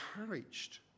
encouraged